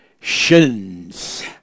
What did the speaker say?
Shins